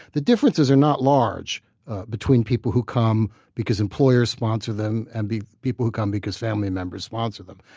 the differences are not large between people who come because employers sponsor them and the people who come because family members sponsor them.